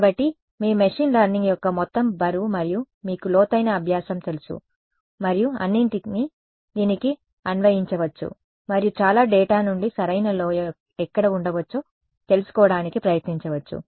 కాబట్టి మీ machine learning యొక్క మొత్తం బరువు మరియు మీకు లోతైన అభ్యాసం తెలుసు మరియు అన్నింటినీ దీనికి అన్వయించవచ్చు మరియు చాలా డేటా నుండి సరైన లోయ ఎక్కడ ఉండవచ్చో తెలుసుకోవడానికి ప్రయత్నించవచ్చు